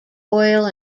oil